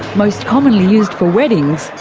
most commonly used for weddings,